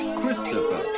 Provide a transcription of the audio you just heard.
Christopher